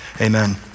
amen